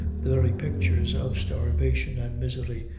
the very pictures of starvation and misery,